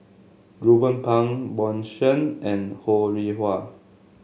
Ruben Pang Bjorn Shen and Ho Rih Hwa